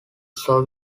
soviet